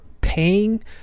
paying